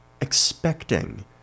expecting